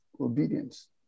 obedience